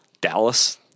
Dallas